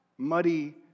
Muddy